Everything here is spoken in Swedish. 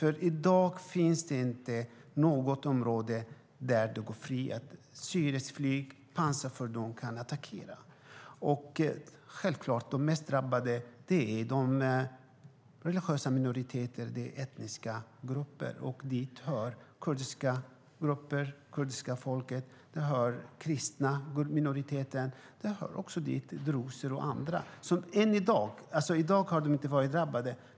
I dag finns det inte något område där du går fri från att syriskt flyg och pansarfordon kan attackera. De mest drabbade är självklart de religiösa minoriteterna och de etniska grupperna. Dit hör kurdiska grupper, det kurdiska folket, den kristna minoriteten, druser och andra. I dag har de inte varit drabbade.